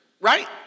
right